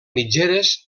mitgeres